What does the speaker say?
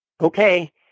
okay